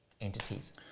entities